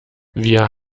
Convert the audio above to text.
wir